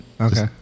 Okay